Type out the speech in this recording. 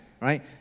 right